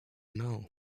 know